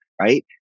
Right